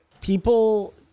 People